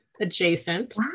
adjacent